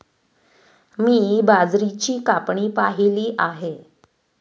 मी बाजरीची कापणी पाहिली आहे